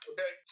Okay